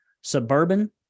suburban